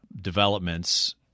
developments